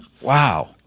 Wow